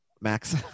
Max